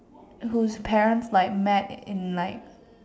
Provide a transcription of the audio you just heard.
whose parents like met in like